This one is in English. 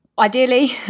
Ideally